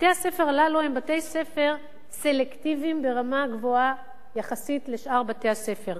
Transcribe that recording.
בתי-הספר הללו הם בתי-ספר סלקטיביים ברמה גבוהה יחסית לשאר בתי-הספר.